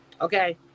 Okay